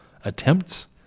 attempts